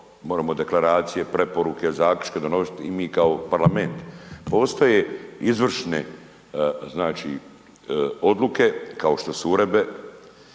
moremo deklaracije preporuke i zaključke donosit i mi kao parlament. Postoje izvršne znači odluke kao što su uredbe